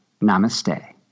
Namaste